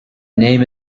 name